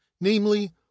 namely